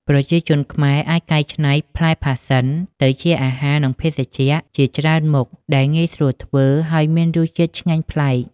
ប្រជាជនខ្មែរអាចកែច្នៃផ្លែផាសសិនទៅជាអាហារនិងភេសជ្ជៈជាច្រើនមុខដែលងាយស្រួលធ្វើ ហើយមានរសជាតិឆ្ងាញ់ប្លែក។